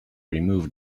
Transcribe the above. remove